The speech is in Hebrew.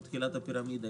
הוא תחילת הפירמידה.